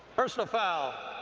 personal foul,